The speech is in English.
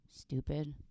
Stupid